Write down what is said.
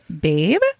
babe